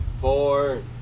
four